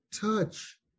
touch